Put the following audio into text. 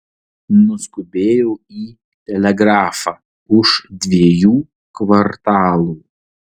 nuskubėjau į telegrafą už dviejų kvartalų